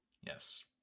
Yes